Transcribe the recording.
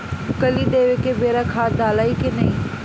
कली देवे के बेरा खाद डालाई कि न?